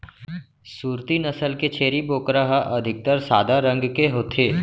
सूरती नसल के छेरी बोकरा ह अधिकतर सादा रंग के होथे